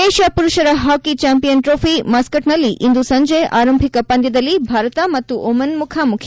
Asia ಪುರುಪರ hockey champion trophy ಮಸ್ಲಟ್ನಲ್ಲಿ ಇಂದು ಸಂಜೆ ಆರಂಭಿಕ ಪಂದ್ಲದಲ್ಲಿ ಭಾರತ ಮತ್ತು ಓಮನ್ ಮುಖಾಮುಖಿ